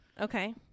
okay